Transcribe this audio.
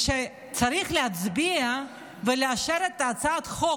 וכשצריך להצביע ולאשר את הצעת החוק